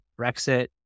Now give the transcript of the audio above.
Brexit